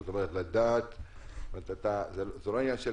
זאת אומרת, זה לא עניין של